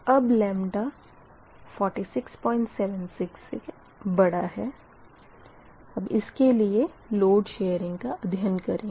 अब 4676 के लिए लोड शेयरिंग का अदध्यन करेंगे